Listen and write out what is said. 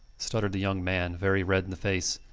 stuttered the young man, very red in the face,